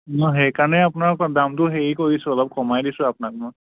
নহয় সেইকাৰণে আপোনাৰ পৰা দামটো হেৰি কৰিছোঁ অলপ কমাই দিছোঁ আপোনাক মই